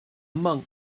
monk